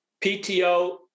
PTO